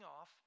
off